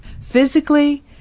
physically